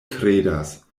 kredas